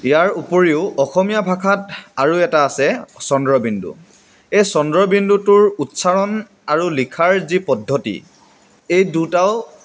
ইয়াৰ উপৰিও অসমীয়া ভাষাত আৰু এটা আছে চন্দ্ৰবিন্দু এই চন্দ্ৰবিন্দুটোৰ উচ্চাৰণ আৰু লিখাৰ যি পদ্ধতি এই দুটাও